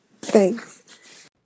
Thanks